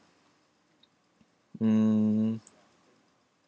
hmm